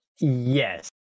yes